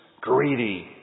Greedy